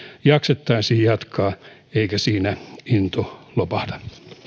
jaksettaisiin jatkaa eikä siinä into lopahda